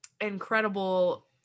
incredible